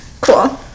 cool